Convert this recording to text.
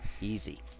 Easy